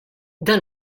dan